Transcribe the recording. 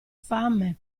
fame